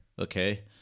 okay